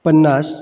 पन्नास